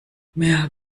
mehr